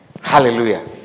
Hallelujah